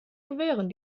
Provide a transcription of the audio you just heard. gewähren